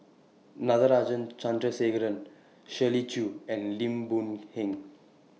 Natarajan Chandrasekaran Shirley Chew and Lim Boon Heng